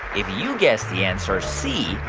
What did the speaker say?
if you guessed the answer c,